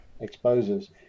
exposes